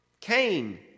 Cain